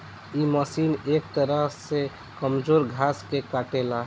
इ मशीन एक तरह से कमजोर घास के काटेला